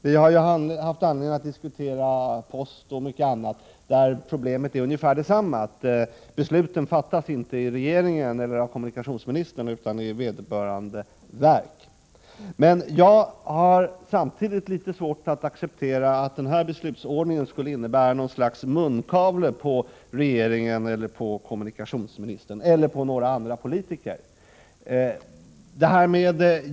Vi har ju haft anledning att diskutera postverket, där problemet är ungefär detsamma, dvs. att beslut inte fattas av kommunikationsministern utan av vederbörande verk. Samtidigt har jag litet svårt att acceptera att den här beslutsordningen skulle innebära något slags munkavle på kommunikationsministern eller andra politiker.